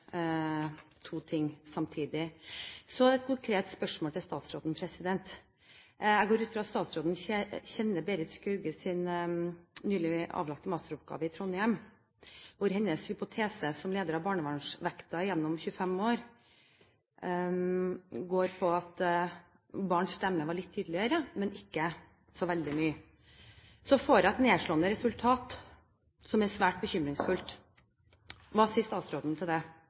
to ting samtidig. Så et konkret spørsmål til statsråden. Jeg går ut fra at statsråden kjenner Berit Skauges nylig avlagte masteroppgave i Trondheim. Hennes hypotese, som leder av Barnevernsvakta gjennom 25 år, går på at barns stemme er blitt litt tydeligere, men ikke så veldig mye. Så får vi et nedslående resultat, som er svært bekymringsfullt. Hva sier statsråden til det?